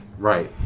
Right